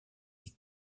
est